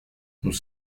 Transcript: nous